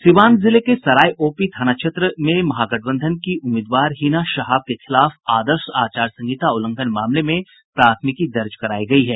सीवान जिले के सराय ओपी थाना क्षेत्र में महागठबंधन की उम्मीदवार हीना शहाब के खिलाफ आदर्श आचार संहित उल्लंघन मामले में प्राथमिकी दर्ज करायी गयी है